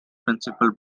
principal